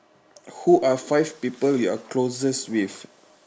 who are five people you are closest with